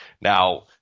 Now